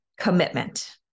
commitment